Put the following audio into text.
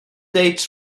dates